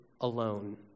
alone